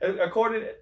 according